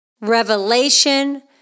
revelation